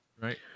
right